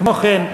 כמו כן,